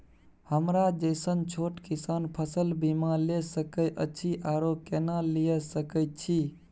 हमरा जैसन छोट किसान फसल बीमा ले सके अछि आरो केना लिए सके छी?